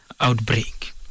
outbreak